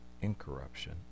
incorruption